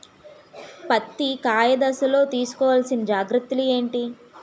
పత్తి కాయ దశ లొ తీసుకోవల్సిన జాగ్రత్తలు ఏంటి?